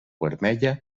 vermella